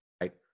Right